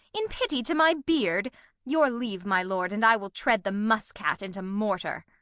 in pity to my beard your leave my lord, and i will tread the muss-cat into mortar.